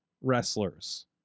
wrestlers